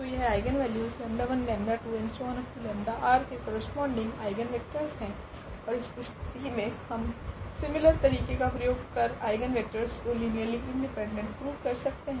तो यह आइगनवेल्यूस 𝜆1 𝜆2 𝜆𝑟 के करस्पोंडिंग आइगनवेक्टरस है ओर इस स्थिति मे हम सिमिलर तरीके का प्रयोग कर आइगनवेक्टरस को लीनियरली इंडिपेंडेंट प्रूव कर सकते है